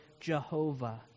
Jehovah